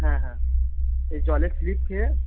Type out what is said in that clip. হ্যাঁ হ্যাঁ এই জলে স্লিপ খেয়ে